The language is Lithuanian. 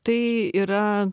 tai yra